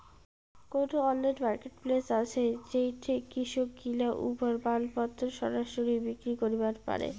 কুনো online marketplace আছে যেইঠে কৃষকগিলা উমার মালপত্তর সরাসরি বিক্রি করিবার পারে?